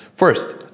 First